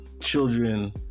children